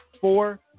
four